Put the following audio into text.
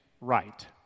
right